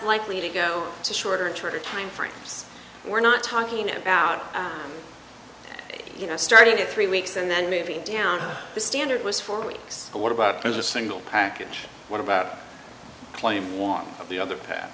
likely to go to shorter and shorter time frames we're not talking about you know starting at three weeks and then moving down the standard was four weeks but what about this single package what about plame was the other p